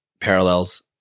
parallels